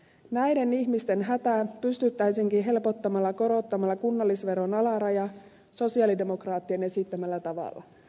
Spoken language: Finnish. näiden ihmisten hätää pystyttäisiinkin helpottamaan korottamalla kunnallisveron alarajaa sosialidemokraattien esittämällä tavalla